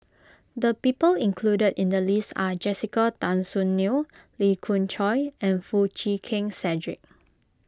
the people included in the list are Jessica Tan Soon Neo Lee Khoon Choy and Foo Chee Keng Cedric